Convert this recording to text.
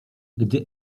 gdy